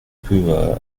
peu